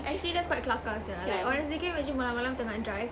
actually that's quite kelakar sia like honestly can you imagine malam malam tengah drive